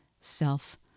self